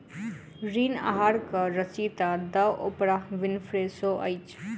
ऋण आहारक रचयिता द ओपराह विनफ्रे शो अछि